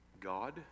God